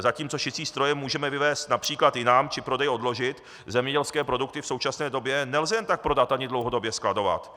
Zatímco šicí stroje můžeme vyvézt například jinam či prodej odložit, zemědělské produkty v současné době nelze jen tak prodat ani dlouhodobě skladovat.